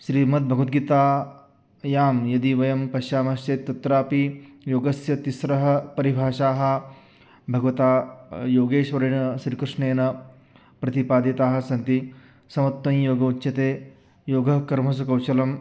श्रीमद्भगवद्गीतायां यदि वयं पश्यामश्चेत् तत्रापि योगस्य तिस्रः परिभाषाः भगवता योगेश्वरेण श्रीकृष्णेन प्रतिपादिताः सन्ति समत्वं योग उच्यते योगः कर्मसु कौशलं